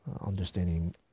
understanding